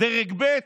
דרג ב'?